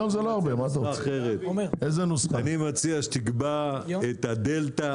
אני מציע שתקבע את הדלתא.